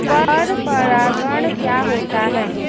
पर परागण क्या होता है?